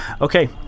Okay